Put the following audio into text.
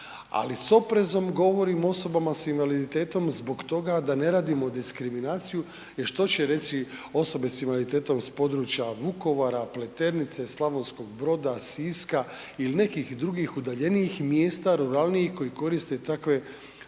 ali s oprezom govorim o osobama s invaliditetom zbog toga da ne radimo diskriminaciju jer što će reći osobe s invaliditetom s područja Vukovara, Pleternice, Slavonskog Broda, Siska il nekih drugih udaljenijih mjesta, ruralnijih koji koriste takve